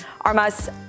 Armas